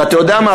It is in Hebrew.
ואתה יודע מה?